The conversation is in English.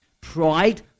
Pride